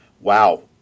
Wow